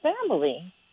family